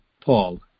Paul